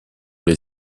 les